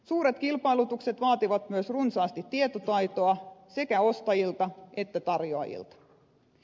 suuret kilpailutukset vaativat myös runsaasti tietotaitoa sekä ostajilta että tarjoajilta